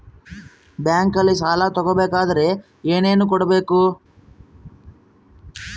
ಬ್ಯಾಂಕಲ್ಲಿ ಸಾಲ ತಗೋ ಬೇಕಾದರೆ ಏನೇನು ಕೊಡಬೇಕು?